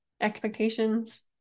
expectations